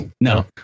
No